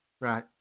right